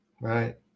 right